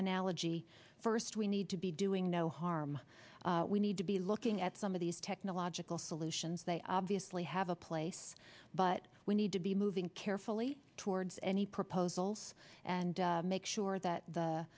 analogy first we need to be doing no harm we need to be looking at some of these technological solutions they obviously have a place but we need to be moving carefully towards any proposals and make sure that the